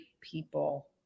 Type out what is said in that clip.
people